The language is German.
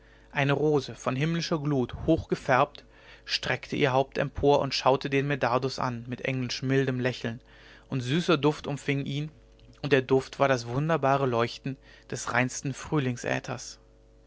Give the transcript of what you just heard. eine rose von himmlischer glut hoch gefärbt streckte ihr haupt empor und schaute den medardus an mit englisch mildem lächeln und süßer duft umfing ihn und der duft war das wunderbare leuchten des reinsten